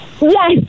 Yes